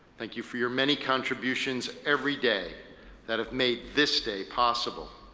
thank you for your many contributions everyday that have made this day possible.